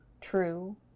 true